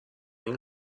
این